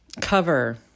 Cover